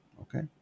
Okay